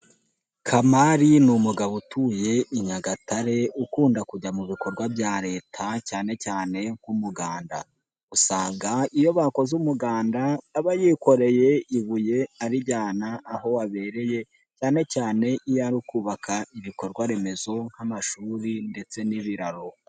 Kamali ni umugabo utuye i Nyagatare ukunda kujya mu bikorwa bya leta cyane cyane nk'umuganda ,usanga iyo bakoze umuganda aba yikoreye ibuye arijyana aho wabereye, cyane cyane iyo ari ukubaka ibikorwa remezo, nk'amashuri ndetse n'ibiraro.